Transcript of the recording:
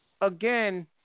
again